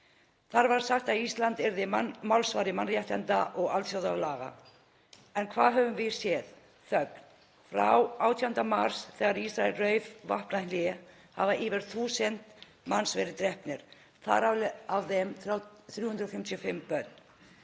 Þar var sagt að Ísland yrði málsvari mannréttinda og alþjóðalaga. En hvað höfum við séð? Þögn. Frá 18. mars, þegar Ísrael rauf vopnahlé, hafa yfir 1.000 manns verið drepnir, þar af 355 börn.